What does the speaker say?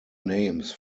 names